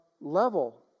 level